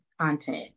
content